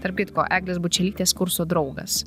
tarp kitko eglės bučelytės kurso draugas